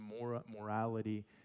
morality